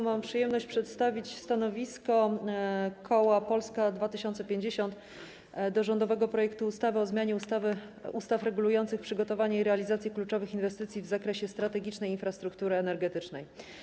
Mam przyjemność przedstawić stanowisko koła Polska 2050 wobec rządowego projektu ustawy o zmianie ustaw regulujących przygotowanie i realizację kluczowych inwestycji w zakresie strategicznej infrastruktury energetycznej.